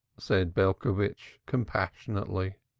said belcovitch compassionately.